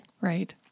Right